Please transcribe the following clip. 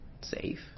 Safe